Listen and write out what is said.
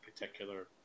particular